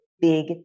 big